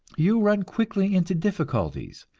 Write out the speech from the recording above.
you run quickly into difficulties.